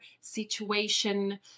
situation